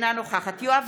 אינה נוכחת יואב